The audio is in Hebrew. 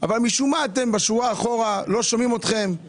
שלחו מכתבים אבל משום מה אתם בשורה האחורית ולא שומעים אתכם.